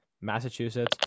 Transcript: Massachusetts